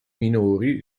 minori